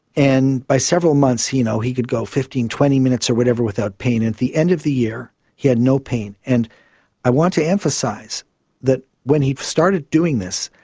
and by several months you know he could go fifteen, twenty minutes or whatever without pain. at the end of the year he had no pain. and i want to emphasise that when he started doing this,